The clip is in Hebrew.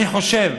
אני חושב